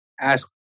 ask